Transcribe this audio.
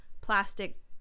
plastic